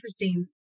interesting